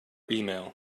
email